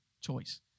choice